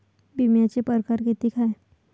बिम्याचे परकार कितीक हाय?